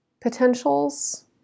potentials